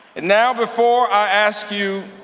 and now, before i ask you